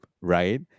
right